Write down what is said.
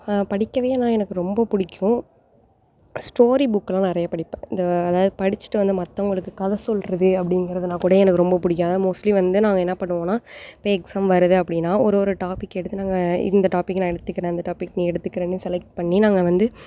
படிக்கவே ஆனால் எனக்கு ரொம்ப பிடிக்கும் ஸ்டோரி புக் எல்லாம் நிறைய படிப்பேன் இந்த அதாவது படிச்சிவிட்டு வந்து மற்றவங்களுக்கு கதை சொல்லுறது அப்படிங்குறதுன்னா கூட எனக்கு ரொம்ப பிடிக்கும் அதாவது மோஸ்டலி வந்து நாங்கள் என்ன பண்ணுவோன்னா இப்போ எக்ஸாம் வருது அப்படின்னா ஒரு ஒரு டாபிக் எடுத்து நாங்கள் இந்த டாபிக் நான் எடுத்துக்கிறேன் இந்த டாபிக் நீ எடுத்துக்கிறேன்னு செலெக்ட் பண்ணி நாங்கள் வந்து